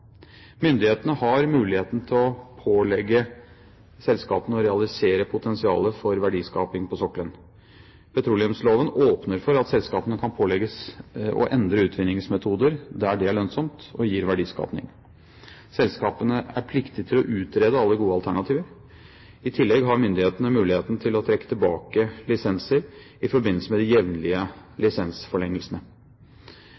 Myndighetene har muligheten til å pålegge selskapene å realisere potensialet for verdiskaping på sokkelen. Petroleumsloven åpner for at selskapene kan pålegges å endre utvinningsmetoder der det er lønnsomt og gir verdiskaping. Selskapene er pliktige til å utrede alle gode alternativer. I tillegg har myndighetene muligheten til å trekke tilbake lisenser i forbindelse med de jevnlige